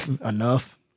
Enough